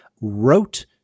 wrote